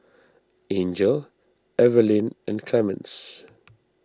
Angel Evaline and Clemens